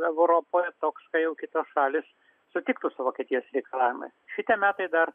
europoje toks jau kitos šalys sutiktų su vokietijos reikalavimais šitie metai dar